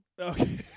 Okay